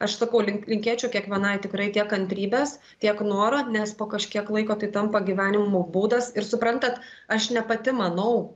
aš sakau link linkėčiau kiekvienai tikrai tiek kantrybės tiek noro nes po kažkiek laiko tai tampa gyvenimo būdas ir suprantat aš ne pati manau